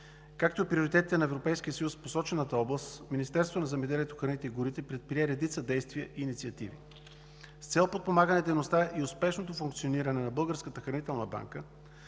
както и приоритетите на Европейския съюз в посочената област Министерството на земеделието, храните и горите предприе редица действия и инициативи. С цел подпомагане дейността и успешното функциониране на Българската хранителна банка,